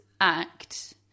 act